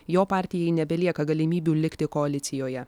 jo partijai nebelieka galimybių likti koalicijoje